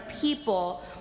people